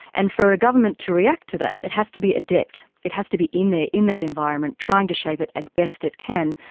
and for a government to react to that it has to be adept, it has to be in there in that environment, trying to shape it as best it can,